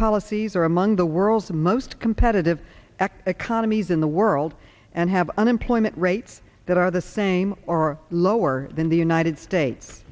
policies are among the world's most competitive ek economies in the world and have unemployment rates that are the same or lower than the united states